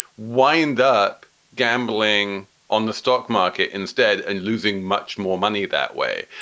why end up gambling on the stock market instead and losing much more money that way?